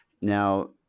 Now